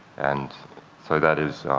and so that is